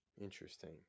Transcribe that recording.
Interesting